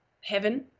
heaven